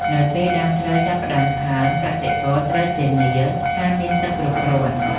នៅពេលដើមស្រូវចាប់ផ្តើមផើម កសិករត្រូវធានាថាមានទឹកគ្រប់គ្រាន់។